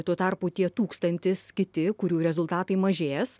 tuo tarpu tie tūkstantis kiti kurių rezultatai mažės